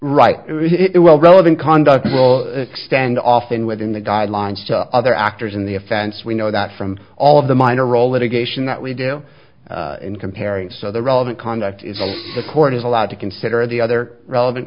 it will relevant conduct will extend often within the guidelines to other actors in the offense we know that from all of the minor role litigation that we do in comparing so the relevant conduct is the court is allowed to consider the other relevant